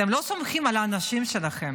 אתם לא סומכים על האנשים שלכם.